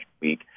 Week